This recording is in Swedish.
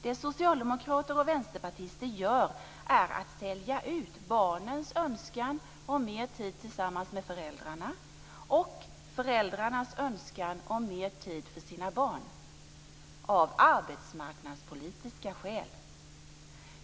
Det socialdemokrater och vänsterpartister gör är att sälja ut barnens önskan om mer tid tillsammans med föräldrarna och föräldrarnas önskan om mer tid för sina barn - av arbetsmarknadspolitiska skäl.